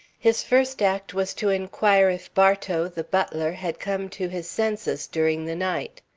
his first act was to inquire if bartow, the butler, had come to his senses during the night.